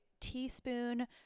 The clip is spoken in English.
teaspoon